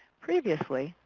previously,